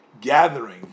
gathering